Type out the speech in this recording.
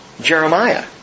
Jeremiah